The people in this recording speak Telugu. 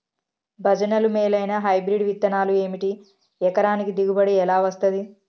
భజనలు మేలైనా హైబ్రిడ్ విత్తనాలు ఏమిటి? ఎకరానికి దిగుబడి ఎలా వస్తది?